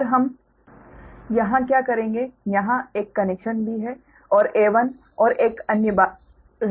और हम यहाँ क्या करेंगे यहा 1 कनेक्शन भी है और A1 और एक अन्य बात है